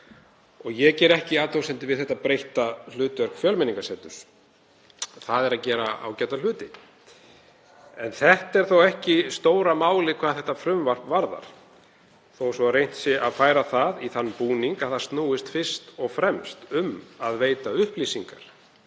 Ég geri ekki athugasemdir við þetta breytta hlutverk Fjölmenningarseturs. Það gerir ágæta hluti, en það er þó ekki stóra málið hvað þetta frumvarp varðar þó svo að reynt sé að færa það í þann búning að það snúist fyrst og fremst um að veita upplýsingar.